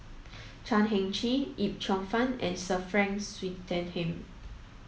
Chan Heng Chee Yip Cheong Fun and Sir Frank Swettenham